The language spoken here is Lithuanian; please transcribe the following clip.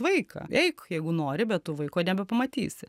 vaiką eik jeigu nori bet tu vaiko nebepamatysi